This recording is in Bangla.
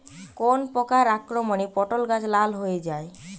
কোন প্রকার আক্রমণে পটল গাছ লাল হয়ে যায়?